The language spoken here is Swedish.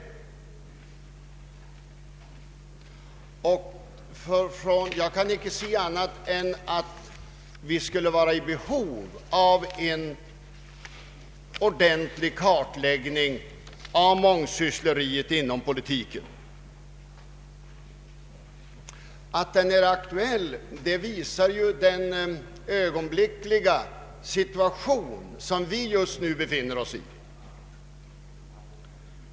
Jag kan inte se annat än att vi skulle vara i behov av en ordentlig kartläggning av mångsyssleriet inom politiken. Att frågan är aktuell visar den ögonblickliga situation som vi just nu befinner oss i.